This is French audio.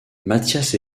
mathias